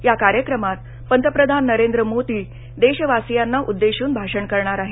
या कार्यक्रमात पंतप्रधान नरेंद्र मोदी देशवासियांना उद्देशून भाषण करणार आहेत